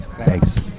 Thanks